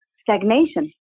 stagnation